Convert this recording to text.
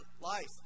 life